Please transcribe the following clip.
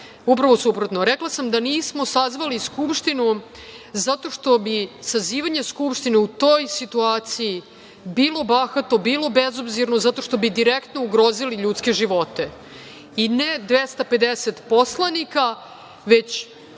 Upravo suprotno. Rekla sam da nismo sazvali Skupštinu zato što bi sazivanje Skupštine u toj situaciji bilo bahato, bilo bezobzirno, zato što bi direktno ugrozili ljudske živote, i ne 250 poslanika, već